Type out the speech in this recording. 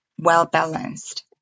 well-balanced